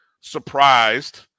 surprised